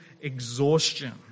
exhaustion